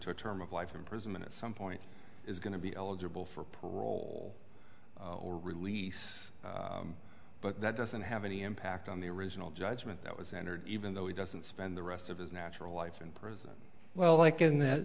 term of life imprisonment at some point is going to be eligible for parole or release but that doesn't have any impact on the original judgment that was entered even though he doesn't spend the rest of his natural life in prison well like in the